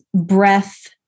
breath